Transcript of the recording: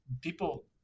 people